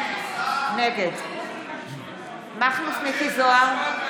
נגד מכלוף מיקי זוהר,